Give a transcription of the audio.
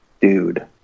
dude